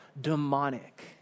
demonic